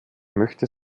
möchte